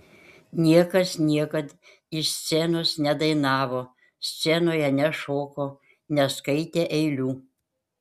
niekas niekad iš scenos nedainavo scenoje nešoko neskaitė eilių